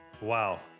Wow